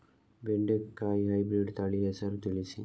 ಬೆಂಡೆಕಾಯಿಯ ಹೈಬ್ರಿಡ್ ತಳಿ ಹೆಸರು ತಿಳಿಸಿ?